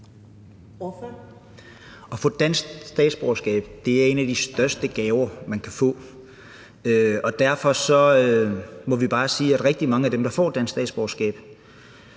(DF): At få dansk statsborgerskab er en af de største gaver, man kan få, og vi må bare anerkende, at rigtig mange af dem, der får dansk statsborgerskab,